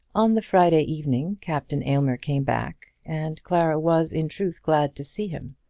on the friday evening captain aylmer came back, and clara was in truth glad to see him.